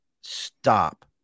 stop